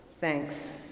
Thanks